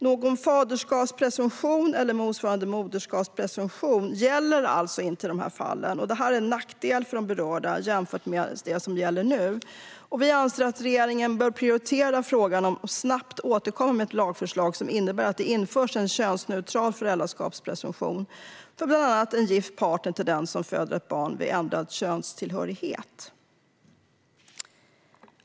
Någon faderskapspresumtion eller motsvarande moderskapspresumtion gäller alltså inte i de här fallen. Det är en nackdel för de berörda jämfört med det som nu gäller. Vi anser att regeringen bör prioritera frågan och snabbt återkomma med ett lagförslag som innebär att det införs en könsneutral föräldraskapspresumtion, bland annat när en gift partner till den som föder ett barn ändrar könstillhörighet.